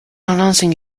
announcing